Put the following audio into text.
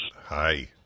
Hi